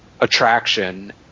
attraction